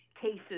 cases